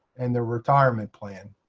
and their retirement plan.